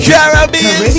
Caribbean